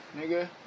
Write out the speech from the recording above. Nigga